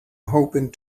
hoping